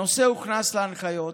הנושא הוכנס להנחיות